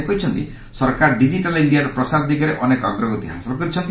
ସେ କହିଛନ୍ତି ସରକାର ଡିକିଟାଲ ଇଣ୍ଡିଆର ପ୍ରସାର ଦିଗରେ ଅନେକ ଅଗ୍ରଗତି ହାସଲ କରିଛନ୍ତି